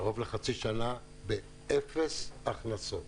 קרוב לחצי שנה באפס הכנסות.